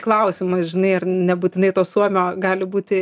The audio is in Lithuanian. klausimas žinai ar nebūtinai to suomio gali būti